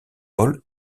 paul